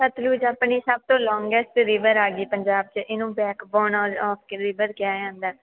ਸਤਲੁਜ ਆਪਣੀ ਸਭ ਤੋਂ ਲੋਂਗੈਸਟ ਰਿਵਰ ਆ ਗਈ ਪੰਜਾਬ 'ਚ ਇਹਨੂੰ ਬੈਕਬੋਨ ਰਿਵਰ ਕਿਹਾ ਜਾਂਦਾ